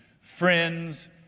friends